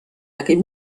aquell